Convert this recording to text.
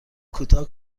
کوتاه